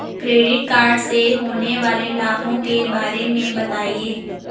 Credit card से होने वाले लाभों के बारे में बताएं?